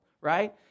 right